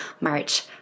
March